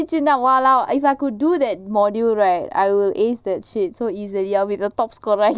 !walao! if I could do that module right I will ace that shit so easily I will be the top scorer I can feel it